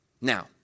Now